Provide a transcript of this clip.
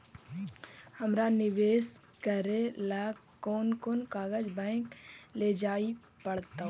हमरा निवेश करे ल कोन कोन कागज बैक लेजाइ पड़तै?